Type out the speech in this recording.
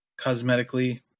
cosmetically